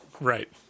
Right